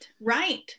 right